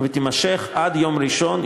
ותימשך עד יום ראשון,